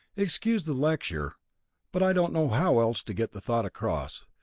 excuse the lecture but i don't know how else to get the thought across.